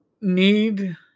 need